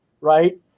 right